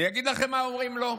אני אגיד לכם מה אומרים לו: